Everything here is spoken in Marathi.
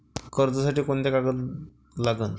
कर्जसाठी कोंते कागद लागन?